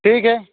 ठीक है